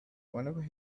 whenever